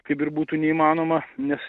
kaip ir būtų neįmanoma nes